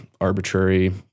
arbitrary